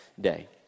day